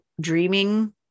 dreaming